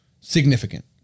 significant